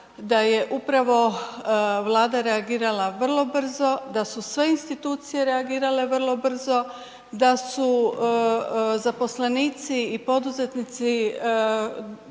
da je upravo Vlada reagirala vrlo brzo, da su sve institucije reagirale vrlo brzo, da su zaposlenici i poduzetnici